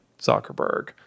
Zuckerberg